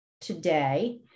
today